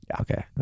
Okay